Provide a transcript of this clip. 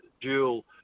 dual